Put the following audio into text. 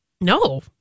No